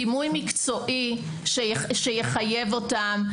דימוי מקצועי שיחייב אותן,